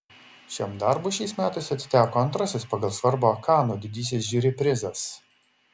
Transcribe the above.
šiam darbui šiais metais atiteko antrasis pagal svarbą kanų didysis žiuri prizas